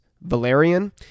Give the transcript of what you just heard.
Valerian